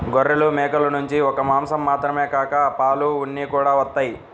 గొర్రెలు, మేకల నుంచి ఒక్క మాసం మాత్రమే కాక పాలు, ఉన్ని కూడా వత్తయ్